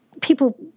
people